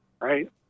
Right